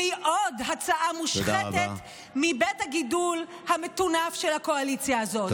והיא עוד הצעה מושחתת מבית הגידול המטונף של הקואליציה הזאת.